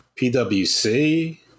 pwc